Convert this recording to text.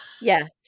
Yes